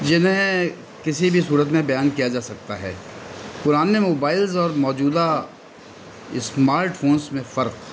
جنہیں کسی بھی صورت میں بیان کیا جا سکتا ہے پرانے موبائلز اور موجودہ اسمارٹ فونس میں فرق